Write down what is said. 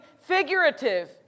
figurative